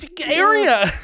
area